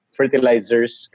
fertilizers